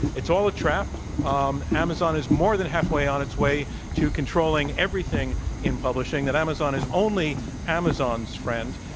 it's all a trap. um amazon is more than halfway on its way to controlling everything in publishing, that amazon is only amazon's friend,